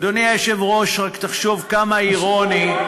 אדוני היושב-ראש רק תחשוב כמה אירוני,